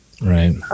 Right